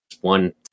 one